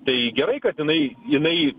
tai gerai kad jinai jinai